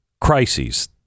crises